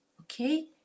Okay